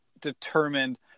determined